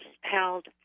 held